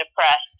depressed